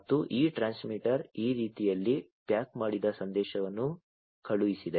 ಮತ್ತು ಈ ಟ್ರಾನ್ಸ್ಮಿಟರ್ ಈ ರೀತಿಯಲ್ಲಿ ಪ್ಯಾಕ್ ಮಾಡಿದ ಸಂದೇಶವನ್ನು ಕಳುಹಿಸಿದೆ